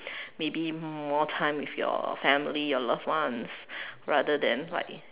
maybe more time with your family or loved ones rather than like